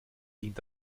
dient